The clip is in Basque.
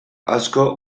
asko